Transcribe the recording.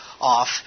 off